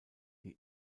die